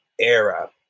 era